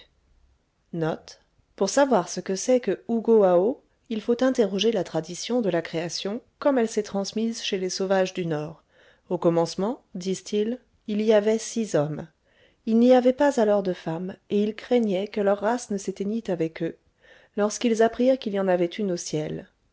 pour savoir ce que c'est que hougoaho il faut interroger la tradition de la création comme elle s'est transmise chez les sauvagea du nord au commencement disent-ils il y avait six hommes il n'y avait pas alors de femmes et ils craignaient que leur race ne s'éteignît avec eux lorsqu'ils apprirent qu'il y en avait une au ciel